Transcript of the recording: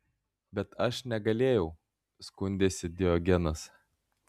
bet aš negalėjau skundėsi diogenas